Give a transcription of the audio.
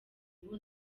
ubu